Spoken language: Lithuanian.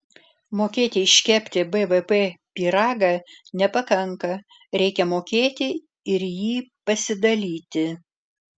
mokėti iškepti bvp pyragą nepakanka reikia mokėti ir jį pasidalyti